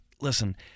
Listen